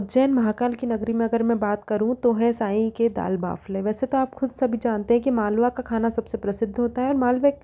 उज्जैन महाकाल की नगरी में अगर मैं बात करूँ तो है साईं के दाल बाफले वैसे तो आप खुद सभी जानते हैं कि मालवा का खाना सबसे प्रसिद्ध होता है मालवे